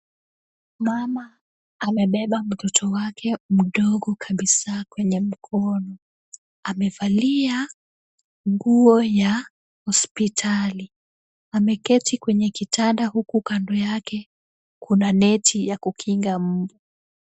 Mama amebeba mtoto wake mdogo kabisaa kwenye mkono. Amevalia nguo ya hospitali. Ameketi kwenye kitanda huku kando yake kuna neti ya kukinga mbu.